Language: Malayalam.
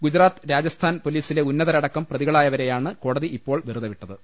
ഗുജറാത്ത് രാജ സ്ഥാൻ പൊലീസിലെ ഉന്നതരടക്കം പ്രതികളായവരെ യാണ് കോടതി ഇപ്പോൾ വെറുതെ വിട്ടത്